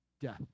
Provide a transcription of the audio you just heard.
death